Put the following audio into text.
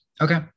Okay